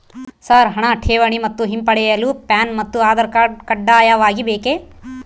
Sir ಹಣ ಠೇವಣಿ ಮತ್ತು ಹಿಂಪಡೆಯಲು ಪ್ಯಾನ್ ಮತ್ತು ಆಧಾರ್ ಕಡ್ಡಾಯವಾಗಿ ಬೇಕೆ?